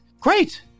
great